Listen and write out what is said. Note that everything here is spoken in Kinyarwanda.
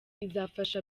izafasha